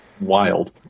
wild